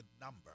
number